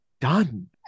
done